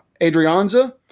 Adrianza